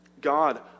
God